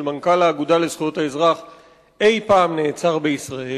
מנכ"ל האגודה לזכויות האזרח אי-פעם נעצר בישראל.